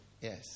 Yes